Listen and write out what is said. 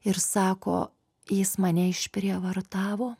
ir sako jis mane išprievartavo